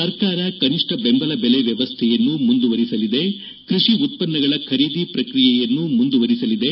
ಸರ್ಕಾರ ಕನಿಷ್ಠ ಬೆಂಬಲ ಬೆಲೆ ವ್ಯವಸ್ಥೆಯನ್ನು ಮುಂದುವರೆಸಲಿದೆ ಕೃಷಿ ಉತ್ತನ್ನಗಳ ಖರೀದಿ ಪ್ರಕ್ರಿಯೆಯನ್ನು ಮುಂದುವರೆಸಲಿದೆ